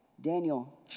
Daniel